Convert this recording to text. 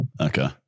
Okay